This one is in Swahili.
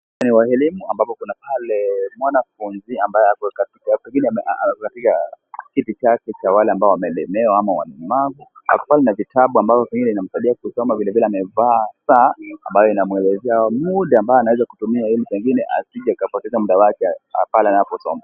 Eneo hili ambapo pana pale mwanafunzi ambaye pengine amekalia kiti chake cha wale ambao wamelemewa au walemavu akiwa na vitabu ambazo vile inamsaidia kusoma na vile vile ana saa ambayo inamuelezea muda ambao anaweza kutumia asije akapoteze muda wake pale anaposoma.